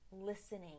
listening